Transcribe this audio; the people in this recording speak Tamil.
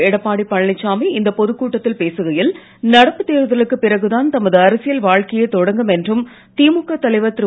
எடப்பாடி பழனிசாமி இந்தப் பொதுக் கூட்டத்தில் பேசுகையில் நடப்பு தேர்தலுக்குப் பிறகுதான் தமது அரசியல் வாழ்க்கையே தொடங்கும் என்றும் திமுக தலைவர் திரு